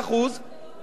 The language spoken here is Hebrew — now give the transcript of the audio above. כי 1.5%,